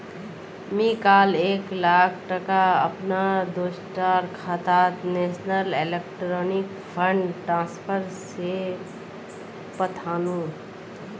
मी काल एक लाख टका अपना दोस्टर खातात नेशनल इलेक्ट्रॉनिक फण्ड ट्रान्सफर से पथानु